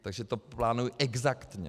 Takže to plánují exaktně.